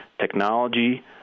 technology